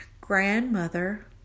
grandmother